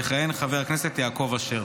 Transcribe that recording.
יכהן חבר הכנסת יעקב אשר.